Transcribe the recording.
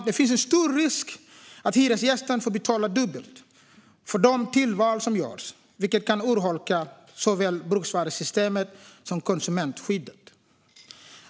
Det finns en stor risk att hyresgästen får betala dubbelt för de tillval som görs, vilket kan urholka såväl bruksvärdessystemet som konsumentskyddet.